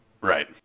Right